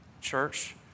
Church